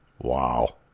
Wow